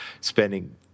spending